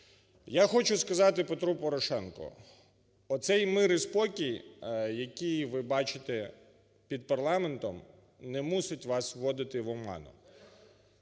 Я хочу сказати Петру Порошенку. Оцей мир і спокій, який ви бачите під парламентом, не мусить вас вводити в оману.